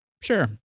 sure